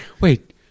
Wait